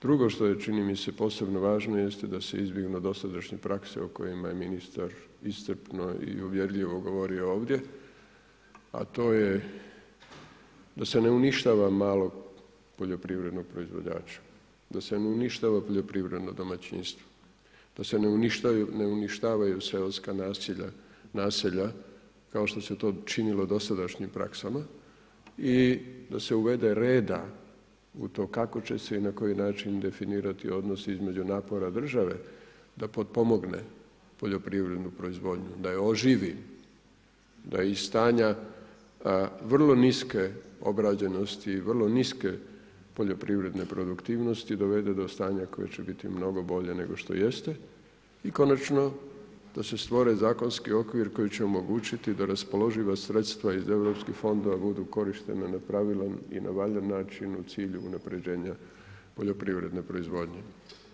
Drugo što je čini mi se posebno važno jeste da se izbjegnu dosadašnje prakse o kojima je ministar iscrpno i uvjerljivo govorio ovdje, a to je da se ne uništava malog poljoprivrednog proizvođača, da se ne uništava poljoprivredno domaćinstvo, da se ne uništavaju seoska naselja kao što se to činilo u dosadašnjim praksama i da se uvede reda u to kako će se i na koji način definirati odnosi između napora države da potpomogne poljoprivrednu proizvodnju, da je oživi, da je iz stanja vrlo niske obrađenosti i vrlo niske poljoprivredne produktivnosti dovede do stanja koje će biti mnogo bolje nego što jeste i konačno da se stvori zakonski okvir koji će omogućiti da raspoloživa sredstva iz europskih fondova budu korištena na pravilan i na valjan način u cilju unapređenja poljoprivredne proizvodnje.